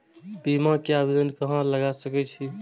बीमा के आवेदन कहाँ लगा सके छी?